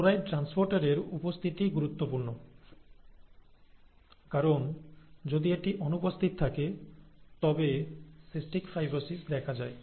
chloride ট্রান্সপোর্টারের উপস্থিতি গুরুত্বপূর্ণ কারণ যদি এটি অনুপস্থিত থাকে তবে সিস্টিক ফাইব্রোসিস দেখা দেয়